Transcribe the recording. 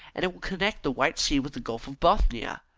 and will connect the white sea with the gulf of bothnia.